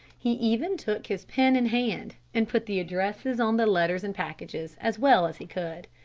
he even took his pen in hand and put the addresses on the letters and packages as well as he could.